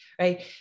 right